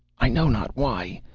i know not why.